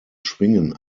schwingen